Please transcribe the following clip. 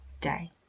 day